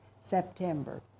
september